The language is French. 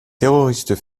terroristes